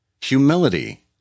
humility